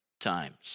times